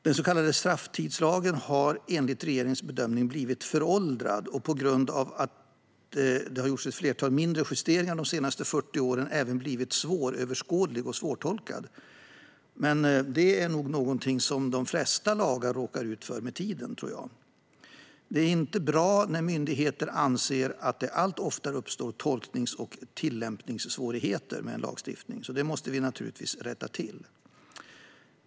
Den så kallade strafftidslagen har enligt regeringens bedömning blivit föråldrad och, på grund av att det har gjorts ett flertal mindre justeringar de senaste 40 åren, även svåröverskådlig och svårtolkad. Det är nog något som de flesta lagar råkar ut för med tiden, tror jag. Men det är inte bra när myndigheter anser att det allt oftare uppstår tolknings och tillämpningssvårigheter i en lag, så det måste vi naturligtvis rätta till.